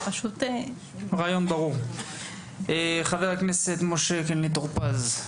חבר הכנסת משה קינלי טור פז.